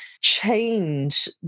change